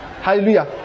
Hallelujah